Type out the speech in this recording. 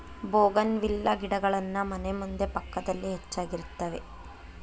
bougainvillea ಗಿಡಗಳನ್ನಾ ಮನೆ ಮುಂದೆ ಪಕ್ಕದಲ್ಲಿ ಹೆಚ್ಚಾಗಿರುತ್ತವೆ